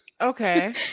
Okay